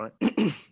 right